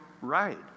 right